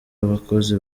abakozi